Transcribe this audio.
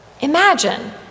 Imagine